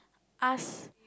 ask